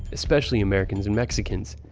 especially americans and mexicans.